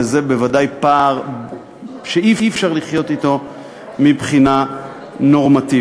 וזה בוודאי פער שאי-אפשר לחיות אתו מבחינה נורמטיבית.